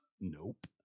Nope